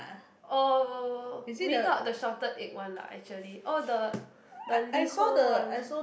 oh without the salted egg one lah actually oh the the Liho one